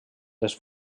les